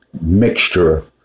Mixture